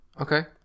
Okay